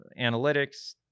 analytics